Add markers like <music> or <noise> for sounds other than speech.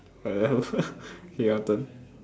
what the hell <laughs> okay your turn